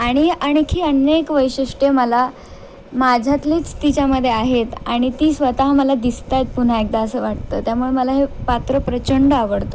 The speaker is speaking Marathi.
आणि आणखी अनेक वैशिष्ट्य मला माझ्यातलीच तिच्यामध्ये आहेत आणि ती स्वतः मला दिसत आहेत पुन्हा एकदा असं वाटतं त्यामुळे मला हे पात्र प्रचंड आवडतं